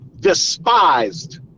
despised